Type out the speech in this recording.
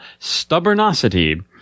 stubbornosity